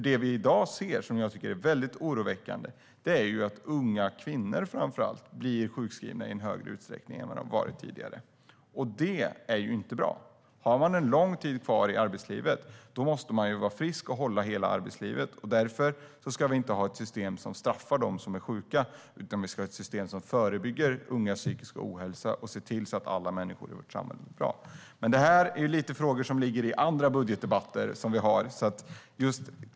Det är väldigt oroväckande att framför allt unga kvinnor blir sjukskrivna i större utsträckning än tidigare. Det är inte bra. Har man lång tid kvar i arbetslivet måste man vara frisk och hålla hela arbetslivet. Därför ska vi inte ha ett system som straffar dem som är sjuka, utan vi ska ha ett system som förebygger ungas psykiska ohälsa och som ser till att alla människor i vårt samhälle mår bra. Dessa frågor ligger mer i andra budgetdebatter.